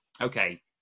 okay